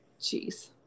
jeez